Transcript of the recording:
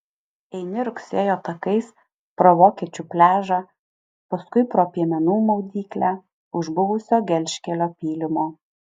eini rugsėjo takais pro vokiečių pliažą paskui pro piemenų maudyklę už buvusio gelžkelio pylimo